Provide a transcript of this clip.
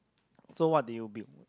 so what do you build